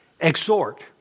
Exhort